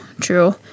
true